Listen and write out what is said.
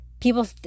People